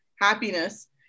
happiness